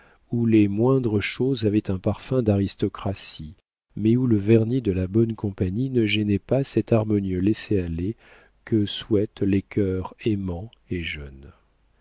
où les moindres choses avaient un parfum d'aristocratie mais où le vernis de la bonne compagnie ne gênait pas cet harmonieux laisser-aller que souhaitent les cœurs aimants et jeunes